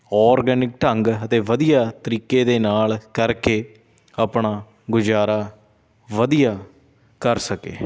organic ਢੰਗ ਅਤੇ ਵਧੀਆ ਤਰੀਕੇ ਦੇ ਨਾਲ ਕਰਕੇ ਆਪਣਾ ਗੁਜ਼ਾਰਾ ਵਧੀਆ ਕਰ ਸਕੇ